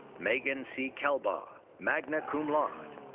megan c. kelbaugh, magna cum laude.